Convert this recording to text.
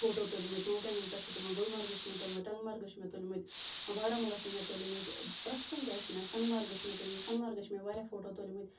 photo تُلمٕتۍ ماوُٹینَن پیٚٹھ چھ مےٚ تُلمت گُلمَرگہٕ چھ مےٚ تُلمت ٹَنٛگمَرگہٕ چھ مےٚ تُلمتۍ بارامُلا چھ مےٚ تُلمتۍ پرٮ۪تھ کُنہِ جایہِ چھِ مےٚ سۄنمَرگہٕ چھ مےٚ تُلمتۍ سۄنمَرگہٕ چھ مےٚ واریاہ فوٹو تُلمتۍ